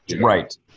Right